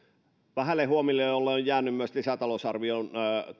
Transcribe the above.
vähälle huomiolle on jäänyt myös lisätalousarvion